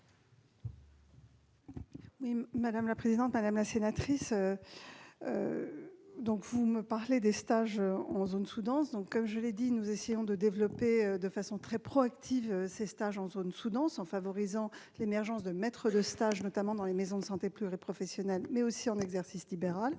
Mme la ministre. Madame la sénatrice, vous me parlez des stages en zone sous-dense. Comme je l'ai dit, nous essayons de développer de façon très proactive les stages en zone sous-dense en favorisant l'émergence de maîtres de stage notamment dans les maisons de santé pluriprofessionnelles, mais aussi dans les cabinets